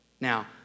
Now